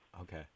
Okay